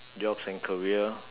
jobs and career